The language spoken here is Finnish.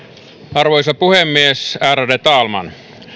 arvoisa puhemies ärade talman